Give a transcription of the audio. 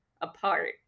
apart